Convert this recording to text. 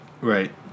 Right